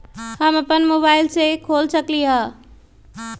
हम अपना मोबाइल से खोल सकली ह?